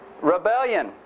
Rebellion